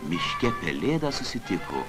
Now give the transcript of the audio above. miške pelėdą susitiko